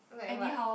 like what